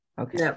Okay